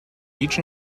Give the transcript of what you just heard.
each